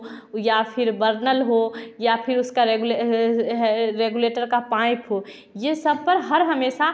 या फिर बर्नल हो या फिर उसका रेगुलेटर का पाईंप हो यह सब पर हर हमेशा